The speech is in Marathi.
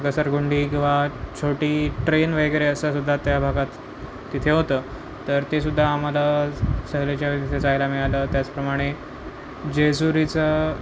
घसरगुंडी किंवा छोटी ट्रेन वगैरे असा सुद्धा त्या भागात तिथे होतं तर तेसुद्धा आम्हाला सहलीच्या वेळेस जायला मिळालं त्याचप्रमाणे जेजुरीचं